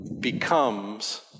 becomes